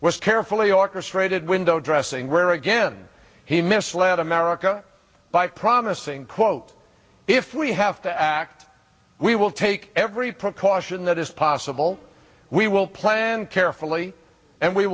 was carefully orchestrated window dressing where again he misled america by promising quote if we have to act we will take every precaution that is possible we will plan carefully and we